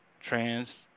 trans